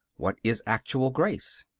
what is actual grace?